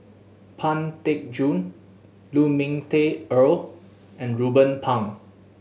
Pang Teck Joon Lu Ming Teh Earl and Ruben Pang